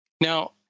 Now